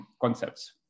concepts